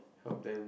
help them